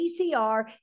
PCR